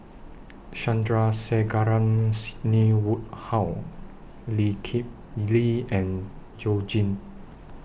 Sandrasegaran Sidney Woodhull Lee Kip Lee and YOU Jin